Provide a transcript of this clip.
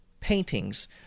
Paintings